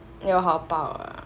要还报啊